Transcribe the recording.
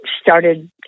started